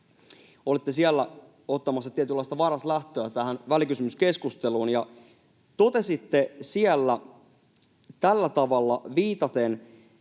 Olitte siellä ottamassa tietynlaista varaslähtöä tähän välikysymyskeskusteluun ja totesitte siellä tällä tavalla, viitaten